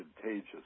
contagious